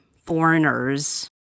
foreigners